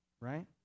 right